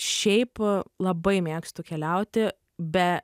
šiaip labai mėgstu keliauti be